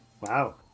Wow